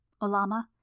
Olama